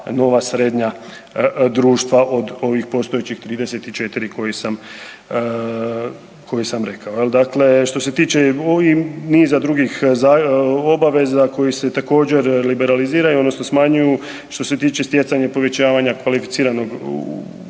srednja društva od ovih postojećih 34 koje sam rekao. Dakle, što se tiče niza drugih obaveza koje se također liberaliziraju odnosno smanjuju što se tiče stjecanja povećavanja kvalificiranog